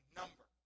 number